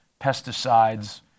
pesticides